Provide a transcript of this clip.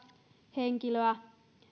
henkilöä